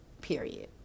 period